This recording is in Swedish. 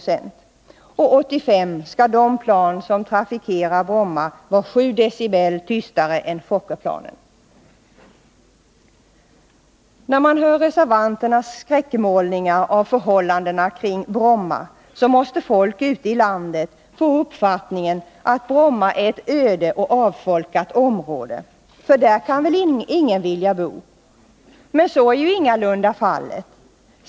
Och 1985 skall de plan som trafikerar Bromma vara 7 dBA tystare än Fokkerplanen. När folk ute i landet hör reservanternas skräckmålningar av förhållandena kring Bromma, måste de få uppfattningen att Bromma är ett öde och avfolkat område — för där kan väl ingen vilja bo. Men så är ju ingalunda fallet.